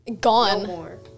Gone